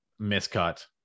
miscut